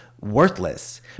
worthless